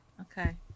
Okay